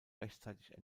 rechtzeitig